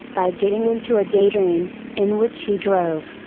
by getting into a daydream, in which he drove,